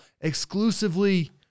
exclusively